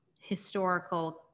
historical